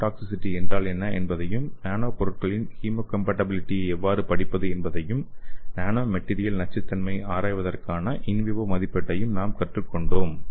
genotoxicity என்றால் என்ன என்பதையும் நானோ பொருட்களின் ஹீமோகம்பாட்டிபிலிட்டியை எவ்வாறு படிப்பது என்பதையும் நானோ மெட்டீரியல் நச்சுத்தன்மையை ஆய்வதற்கான இன் வைவோ மதிப்பீட்டையும் நாம் கற்றுக்கொண்டோம்